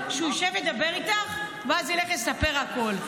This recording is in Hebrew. שהוא ישב וידבר איתך ואז ילך ויספר הכול.